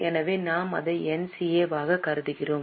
எனவே நாம் அதை NCA ஆக கருதுவோம்